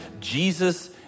Jesus